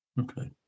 Okay